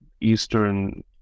Eastern